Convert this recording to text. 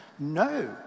No